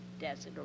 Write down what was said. desert